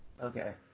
Okay